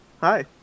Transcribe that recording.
Hi